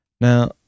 Now